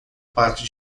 parte